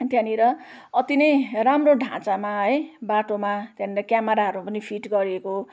त्यहाँनिर अति नै राम्रो ढाँचामा है बाटोमा त्यहाँनिर क्यामराहरू पनि फिट गरिएको